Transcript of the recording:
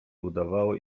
udawało